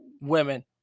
women